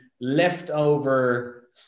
leftover